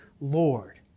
Lord